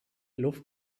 luft